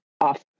off